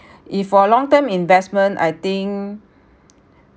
if for long term investment I think